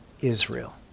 Israel